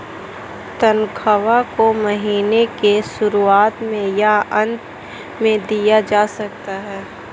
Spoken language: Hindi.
तन्ख्वाह को महीने के शुरुआत में या अन्त में दिया जा सकता है